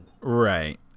right